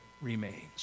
remains